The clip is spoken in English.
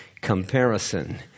comparison